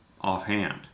offhand